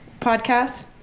podcast